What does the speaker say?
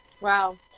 Wow